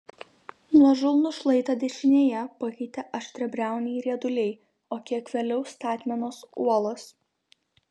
nuožulnų šlaitą dešinėje pakeitė aštriabriauniai rieduliai o kiek vėliau statmenos uolos